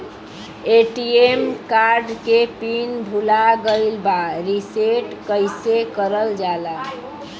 ATM card के pin भूला गइल बा रीसेट कईसे करल जाला?